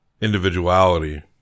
individuality